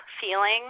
feeling